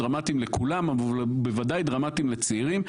זה דרמטי לכולם אבל בוודאי לצעירים.